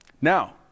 Now